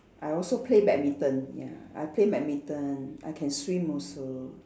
I also play badminton ya I play badminton I can swim also